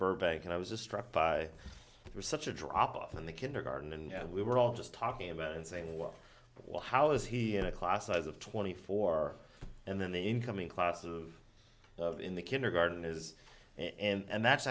burbank and i was a struck by it was such a drop off in the kindergarten and we were all just talking about it and saying well well how is he in a class size of twenty four and then the incoming class of of in the kindergarten is and that's